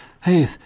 hey